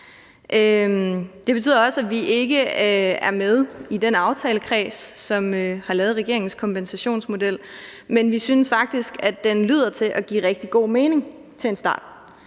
det betyder også, at vi ikke er med i den aftalekreds, som har lavet regeringens kompensationsmodel, men vi synes faktisk, at den lyder til at give rigtig god mening til en start.